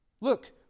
Look